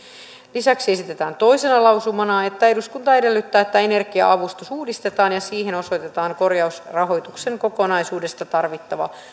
lisäksi esitetään toisena lausumana eduskunta edellyttää että energia avustus uudistetaan ja siihen osoitetaan korjausrahoituksen kokonaisuudesta tarvittava